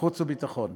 חוץ וביטחון.